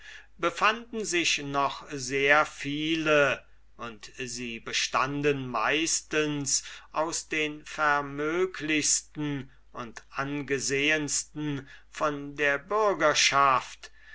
befanden sich noch sehr viele und sie bestanden meistens aus den vermöglichsten und angesehensten von der bürgerschaft